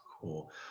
cool